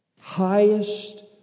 highest